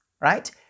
right